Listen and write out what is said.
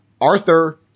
Arthur